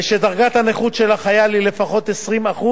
ושדרגת הנכות של החייל היא לפחות 20%,